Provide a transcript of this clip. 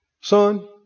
son